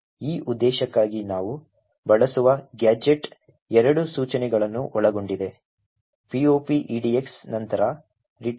ಈ ಉದ್ದೇಶಕ್ಕಾಗಿ ನಾವು ಬಳಸುವ ಗ್ಯಾಜೆಟ್ ಎರಡು ಸೂಚನೆಗಳನ್ನು ಒಳಗೊಂಡಿದೆ pop edx ನಂತರ return